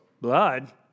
Blood